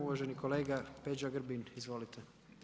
Uvaženi kolega Peđa Grbin, izvolite.